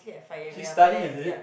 she study is it